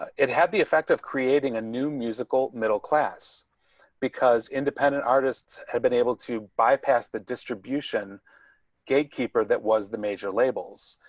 it had the effect of creating a new musical middle class because independent artists have been able to bypass the distribution gatekeeper. that was the major labels.